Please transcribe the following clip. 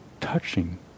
touching